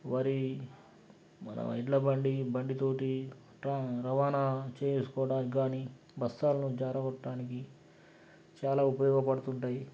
వరి మన ఎడ్ల బండి బండి తోటి ర రవాణా చేసుకోవడానికి కాని బస్తాల్లో జార గొట్టడానికి చాలా ఉపయోగపడుతుంటాయి